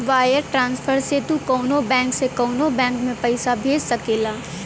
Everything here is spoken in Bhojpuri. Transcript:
वायर ट्रान्सफर से तू कउनो बैंक से कउनो बैंक में पइसा भेज सकेला